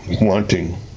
wanting